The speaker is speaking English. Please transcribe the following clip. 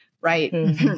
right